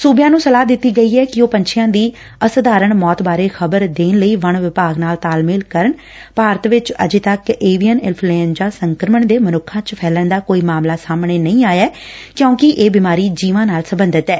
ਸੁਬਿਆਂ ਨ੍ਰੰ ਸੇਲਾਹ ਦਿੱਤੀ ਗਈ ਐ ਕਿ ਉਹ ਪੰਛੀਆਂ ਦੀ ਅਸਪਾਰਣ ਮੌਤ ਬਾਰੇ ਖ਼ਬਰ ਦੇਣ ਲਈ ਵਣ ਵਿਭਾਗ ਨਾਲ ਤਾਲਮੇਲ ਕਰਨ ਭਾਰਤ ਵਿਚ ਅਜੇ ਤੱਕ ਏਵੀਅਨ ਇਨਫਲੁਏਜਾ ਸੰਕਰਮਣ ਦੇ ਮਨੁੱਖਾਂ ਚ ਫੈਲਣ ਦਾ ਕੋਈ ਮਾਮਲਾ ਸਾਹਮਣੇ ਨਹੀ ਆਇਐ ਕਿਉਕਿ ਇਹ ਬਿਮਾਰੀ ਜੀਵਾਂ ਨਾਲ ਸਬੰਧਤ ਐ